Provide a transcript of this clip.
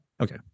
Okay